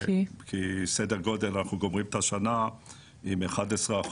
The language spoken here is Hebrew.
כי אנחנו גומרים את השנה עם סדר גודל של 11%,